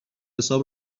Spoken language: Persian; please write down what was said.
حساب